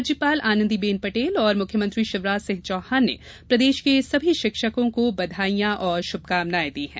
राज्यपाल आनंदीबेन पटेल और मुख्यमंत्री शिवराज सिंह चौहान ने प्रदेश के समी शिक्षकों को बघाईयां और शुभकामनाए दी है